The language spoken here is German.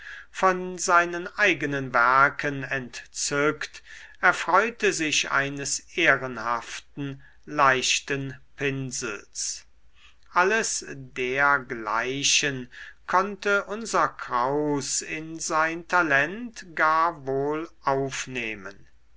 von seinen eigenen werken entzückt erfreute sich eines ehrenhaften leichten pinsels alles dergleichen konnte unser kraus in sein talent gar wohl aufnehmen